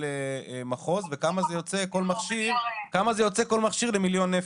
מחוז וכמה יוצא כל מכשיר למיליון נפשות.